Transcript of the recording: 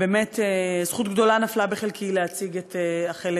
באמת זכות גדולה נפלה בחלקי להציג את החלק